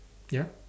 ya